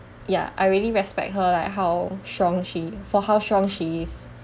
ya I really respect her like how strong she for how strong she is